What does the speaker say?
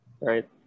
right